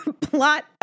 plot